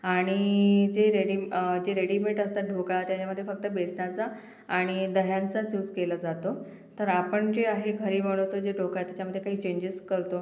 आणि चे रेडी चे रेडिमेट असता ढोकळा त्याच्यामध्ये फक्त बेसनाचा आणि दह्याचाच यूज केला जातो तर आपण जे आहे घरी बनवतो जे ढोकळा त्याच्यामध्ये काही चेंजेस करतो